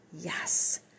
yes